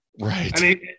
Right